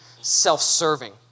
self-serving